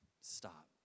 stop